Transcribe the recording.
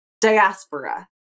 diaspora